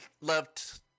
loved